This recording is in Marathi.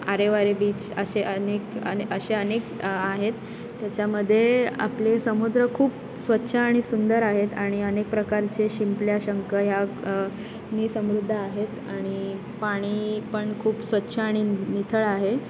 आरेवारे बीच असे अनेक अनेक असे अनेक आहेत त्याच्यामध्ये आपले समुद्र खूप स्वच्छ आणि सुंदर आहेत आणि अनेक प्रकारचे शिंपल्या शंख ह्या नी समृद्ध आहेत आणि पाणी पण खूप स्वच्छ आणि नितळ आहे